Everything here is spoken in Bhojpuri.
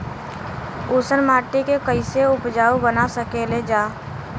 ऊसर माटी के फैसे उपजाऊ बना सकेला जा?